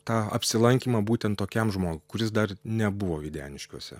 tą apsilankymą būtent tokiam žmogui kuris dar nebuvo videniškiuose